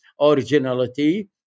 originality